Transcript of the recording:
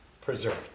preserved